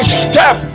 step